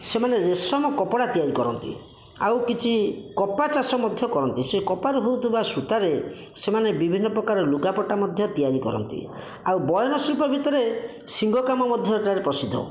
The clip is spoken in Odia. ସେମାନେ ରେଶମ କପଡ଼ା ତିଆରି କରନ୍ତି ଆଉ କିଛି କପା ଚାଷ ମଧ୍ୟ କରନ୍ତି ସେହି କପାରୁ ହେଉଥିବା ସୂତାରେ ସେମାନେ ବିଭିନ୍ନ ପ୍ରକାର ଲୁଗାପଟା ମଧ୍ୟ ତିଆରି କରନ୍ତି ଆଉ ବୟନ ଶିଳ୍ପ ଭିତରେ ଶିଙ୍ଘ କାମ ମଧ୍ୟ ଏଠାରେ ପ୍ରସିଦ୍ଧ